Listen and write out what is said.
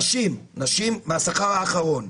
נשים, מהשכר האחרון.